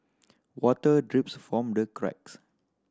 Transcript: water drips from the cracks